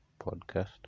podcast